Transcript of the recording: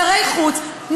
שרי חוץ.